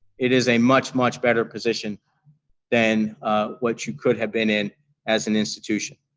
it is a much, much better position than what you could have been in as an institution.